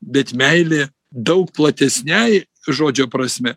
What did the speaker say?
bet meilė daug platesnei žodžio prasme